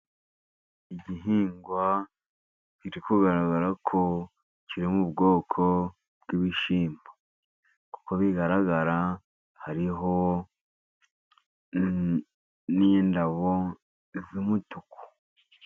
Igihingwa kiri kugaragara ko kiri mu bwoko bw'ibishimbo, kuko bigaragara hariho n'indabo z' umutuku.